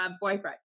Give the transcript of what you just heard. boyfriend